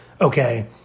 okay